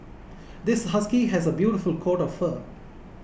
this husky has a beautiful coat of fur